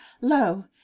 lo